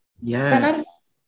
Yes